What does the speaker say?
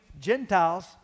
Gentiles